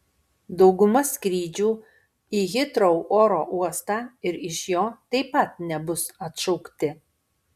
dauguma skrydžių į hitrou oro uostą ir iš jo taip pat nebus atšaukti